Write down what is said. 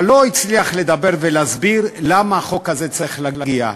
אבל הוא לא הצליח לדבר ולהסביר למה החוק הזה צריך להגיע.